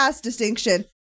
distinction